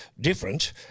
different